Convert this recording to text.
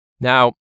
Now